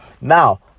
Now